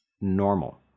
normal